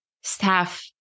staff